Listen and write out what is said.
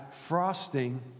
frosting